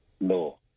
No